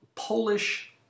Polish